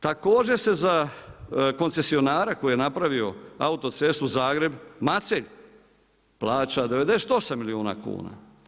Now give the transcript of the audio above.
Također se za koncesionara koji je napravio autocestu Zagreb Macelj plaća 98 milijuna kuna.